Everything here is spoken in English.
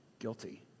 guilty